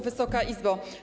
Wysoka Izbo!